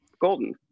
golden